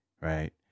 right